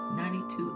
92